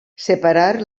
separar